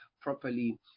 properly